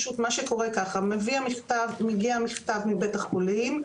מה שקורה זה שמגיע מכתב מבית החולים,